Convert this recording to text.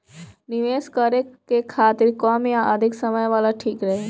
निवेश करें के खातिर कम या अधिक समय वाला ठीक रही?